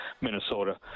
Minnesota